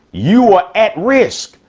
you are at risk.